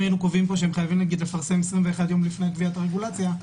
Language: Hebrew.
אם היינו קובעים פה שהם חייבים לפרסם 21 יום לפני קביעת הרגולציה.